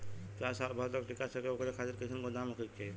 प्याज साल भर तक टीका सके ओकरे खातीर कइसन गोदाम होके के चाही?